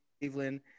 Cleveland